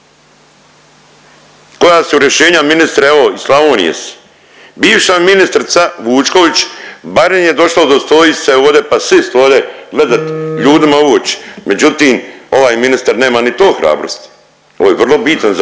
Koja su rješenja ministre, evo iz Slavonije si. Bivša ministrica Vučković barem je došla udostojit se ovdje pa sist ovdje gledat ljudima u oči, međutim ovaj ministar nema ni to hrabrosti, ovo je vrlo bitan zakon